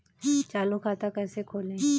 चालू खाता कैसे खोलें?